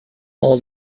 all